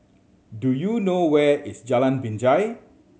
do you know where is Jalan Binjai